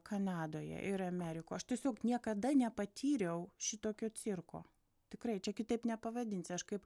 kanadoje ir ameriko aš tiesiog niekada nepatyriau šitokio cirko tikrai čia kitaip nepavadinsi aš kaip